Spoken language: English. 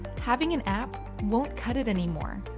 having an app won't cut it anymore.